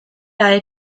roedd